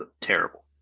terrible